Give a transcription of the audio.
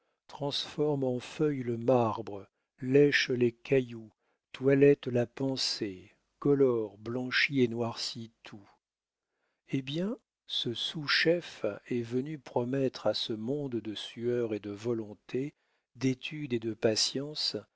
transforme en feuilles le marbre lèche les cailloux toilette la pensée colore blanchit et noircit tout hé bien ce sous-chef est venu promettre à ce monde de sueur et de volonté d'étude et de patience